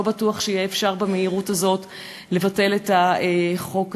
בטוח שיהיה אפשר במהירות הזאת לבטל את החוק הזה.